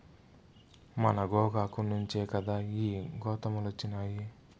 మన గోగాకు నుంచే కదా ఈ గోతాములొచ్చినాయి